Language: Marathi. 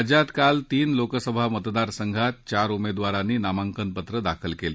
राज्यात काल तीन लोकसभा मतदार संघात चार उमेदवारांनी नामांकन पत्र दाखल केली